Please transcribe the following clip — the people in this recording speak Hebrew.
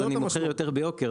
אז אני מוכר יותר ביוקר.